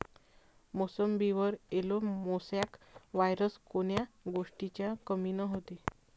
मोसंबीवर yellow mosaic virus कोन्या गोष्टीच्या कमीनं होते?